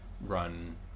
run